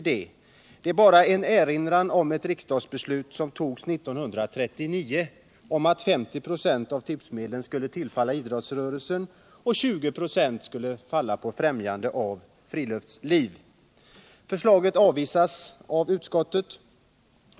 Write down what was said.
Den är bara en erinran om riksdagsbeslutet 1939 att 50 96 av tipsmedlen skulle tillfalla idrottsrörelsen och 20 96 skulle gå till främjande av friluftslivet. Förslaget har avstyrkts av utskottet.